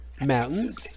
mountains